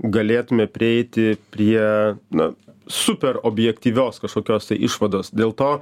galėtume prieiti prie na super objektyvios kažkokios tai išvados dėl to